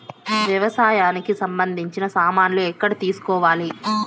వ్యవసాయానికి సంబంధించిన సామాన్లు ఎక్కడ తీసుకోవాలి?